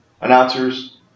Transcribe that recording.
announcers